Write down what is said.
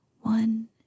one